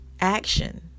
action